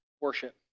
worship